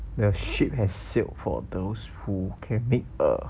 the ship has sailed for those who can make a